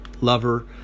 lover